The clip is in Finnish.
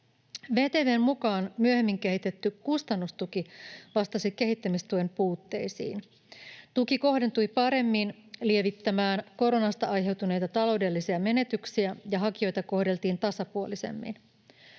VTV:n mukaan myöhemmin kehitetty kustannustuki vastasi kehittämistuen puutteisiin. Tuki kohdentui paremmin lievittämään koronasta aiheutuneita taloudellisia menetyksiä, ja hakijoita kohdeltiin tasapuolisemmin.